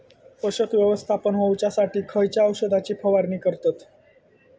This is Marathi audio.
पोषक व्यवस्थापन होऊच्यासाठी खयच्या औषधाची फवारणी करतत?